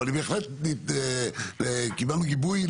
אבל בהחלט קיבלנו גיבוי,